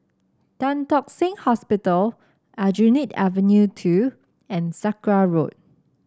Tan Tock Seng Hospital Aljunied Avenue Two and Sakra Road